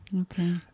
Okay